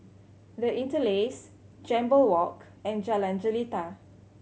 The Interlace Jambol Walk and Jalan Jelita